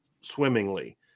swimmingly